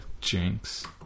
Jinx